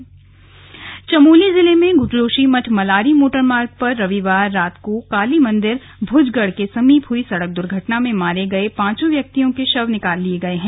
दुर्घटना मृत्यु चमोली जिले में जोशीमठ मलारी मोटर मार्ग पर रविवार रात को काली मंदिर भूज गड़ के समीप हुई सड़क दुर्घटना में मारे गए पांच व्यक्तियों के शव निकाल लिये गए हैं